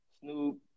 Snoop